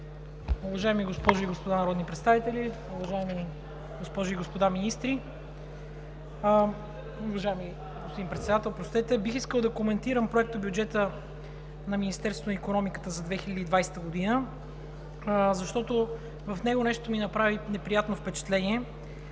Уважаеми госпожи и господа народни представители, уважаеми госпожи и господа министри, уважаеми господин Председател! Бих искал да коментирам Проектобюджета на Министерството на икономиката за 2020 г., защото в него нещо ми направи неприятно впечатление